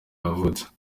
yavutse